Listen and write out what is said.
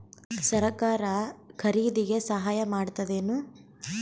ಸರಕಾರ ಖರೀದಿಗೆ ಸಹಾಯ ಮಾಡ್ತದೇನು?